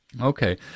Okay